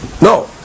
No